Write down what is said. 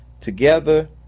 Together